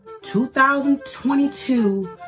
2022